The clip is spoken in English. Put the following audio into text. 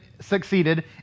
succeeded